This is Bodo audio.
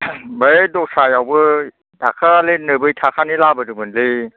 बै दस्रायावबो दाखालि नोबबै थाखानि लाबोदोंमोनलै